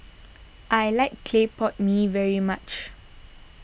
I like Clay Pot Mee very much